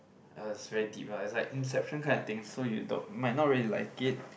uh it's very deep lah it's like inception kind of thing so you don't you might not really like it